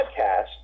podcast